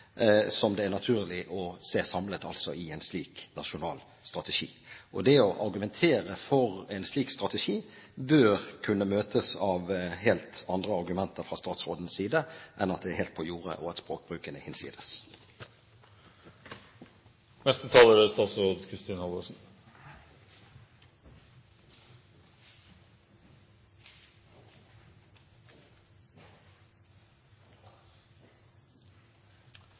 som det er naturlig å se samlet i en slik nasjonal strategi. Det å argumentere for en slik strategi bør kunne møtes av helt andre argumenter fra statsrådens side enn at det er «helt på jordet», og at